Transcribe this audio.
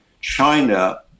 China